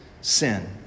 sin